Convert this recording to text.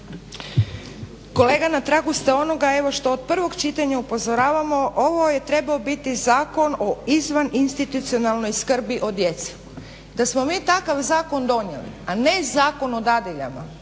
Kolega na tragu ste onoga evo što od prvog čitanja upozoravamo. Ovo je trebao biti Zakon o izvan institucionalnoj skrbi o djeci. Da smo mi takav zakon donijeli a ne Zakon o dadiljama